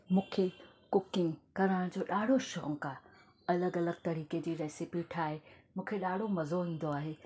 मूंखे कुकिंग करण जो ॾाढो शौंक़ु आहे अलॻि अलॻि तरीक़े जी रेेसिपी ठाहे मूंखे ॾाढो मज़ो ईंदो आहे